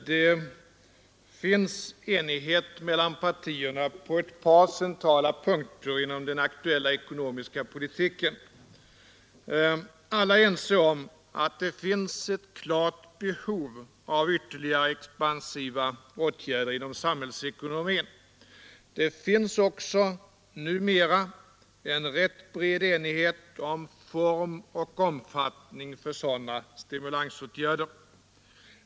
Fru talman! Det råder enighet mellan partierna på ett par centrala punkter inom den aktuella ekonomiska politiken. Alla är ense om att det finns klart behov av ytterligare expansiva åtgärder inom samhällsekonomin. Det råder också numera en rätt bred enighet om formen för och omfattningen av sådana stimulansåtgärder.